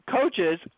coaches